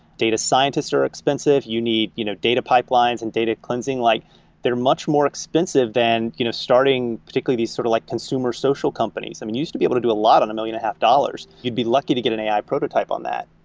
data scientists are expensive. you need you know data pipelines and data cleansing. like they're much more expensive than you know starting, particularly, these sort of like consumer social companies. you used to be able to do a lot on a million and a half dollars you'd be lucky to get an a i. prototype on that.